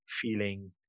feeling